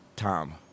Tom